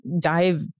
dive